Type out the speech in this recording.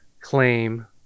claim